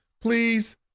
please